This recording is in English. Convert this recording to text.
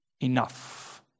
enough